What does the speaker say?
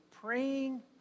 Praying